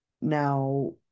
now